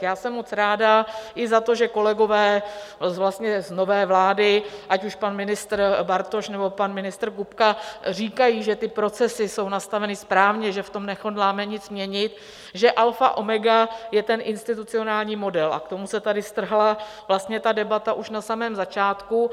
Já jsem moc ráda i za to, že kolegové z nové vlády, ať už pan ministr Bartoš, nebo pan ministr Kupka, říkají, že procesy jsou nastaveny správně, že v tom nehodláme nic měnit, že alfa omega je ten institucionální model, a k tomu se tady strhla vlastně debata už na samém začátku.